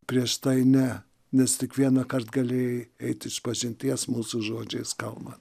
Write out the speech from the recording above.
prieš tai ne nes tik vienąkart gali eit išpažinties mūsų žodžiais kalbant